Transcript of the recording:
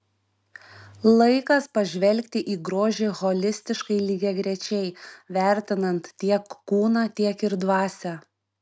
laikas pažvelgti į grožį holistiškai lygiagrečiai vertinant tiek kūną tiek ir dvasią